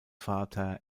vater